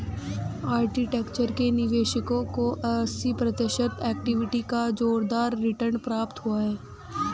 architecture के निवेशकों को अस्सी प्रतिशत इक्विटी का जोरदार रिटर्न प्राप्त हुआ है